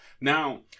Now